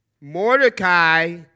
Mordecai